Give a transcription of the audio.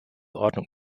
ordnung